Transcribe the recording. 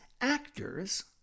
actors